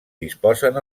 disposen